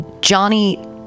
Johnny